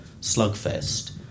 slugfest